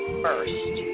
first